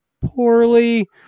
poorly